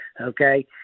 okay